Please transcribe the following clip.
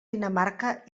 dinamarca